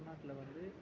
தமிழ்நாட்ல வந்து